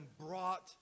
brought